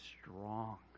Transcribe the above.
strong